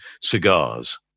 cigars